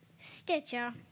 Stitcher